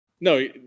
No